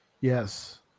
Yes